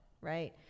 right